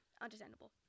understandable